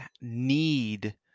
need